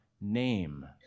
name